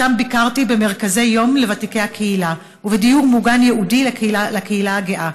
ושם ביקרתי במרכזי יום לוותיקי הקהילה ובדיור מוגן ייעודי לקהילה הגאה.